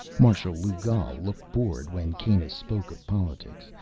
marshal lugal looked bored when kanus spoke of politics,